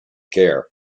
care